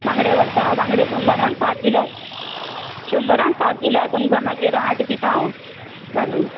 बांगडें व्हरतां बांगडें शंबरान सात दिलात शंबरांक सात दिलां तुमकां मागीर आठ दितां हांव घालून